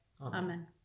Amen